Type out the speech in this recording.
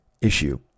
issue